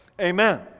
Amen